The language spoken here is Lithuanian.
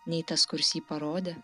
nei tas kuris jį parodė